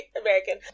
American